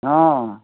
ହଁ